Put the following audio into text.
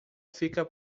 fica